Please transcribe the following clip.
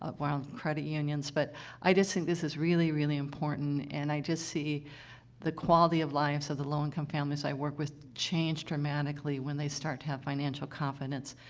around credit unions. but i just think this is really, really important, and i just see the quality of lives of the low-income families i work with change dramatically when they start to have financial confidence,